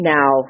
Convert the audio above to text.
Now